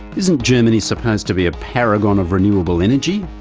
isn't germany supposed to be a paragon of renewable energy?